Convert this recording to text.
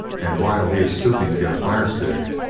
and while he is stooping to get a firestick,